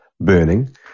burning